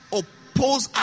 oppose